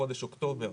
בחודש אוקטובר,